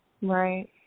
Right